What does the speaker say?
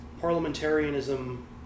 parliamentarianism